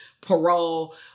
parole